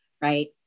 right